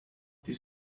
this